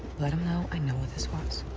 let him know i know what this was